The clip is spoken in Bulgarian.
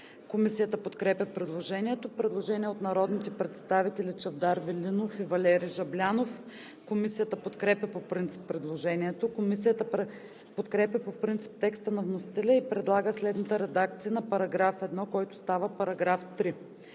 не се прилагат.“ По § 2 има предложение от народните представители Чавдар Велинов и Валери Жаблянов. Комисията подкрепя по принцип предложението. Комисията подкрепя по принцип текста на вносителя и предлага следната редакция на § 2, който става § 4: „§ 4.